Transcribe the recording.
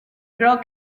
girl